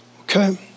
okay